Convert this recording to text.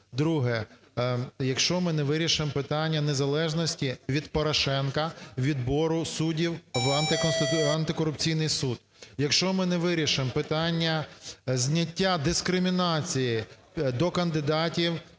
Друге. Якщо ми не вирішимо питання незалежності від Порошенка відбору суддів в антикорупційний суд, якщо ми не вирішимо питання зняття дискримінації до кандидатів,